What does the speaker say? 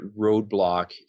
roadblock